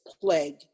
plague